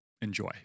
Enjoy